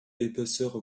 épaisseur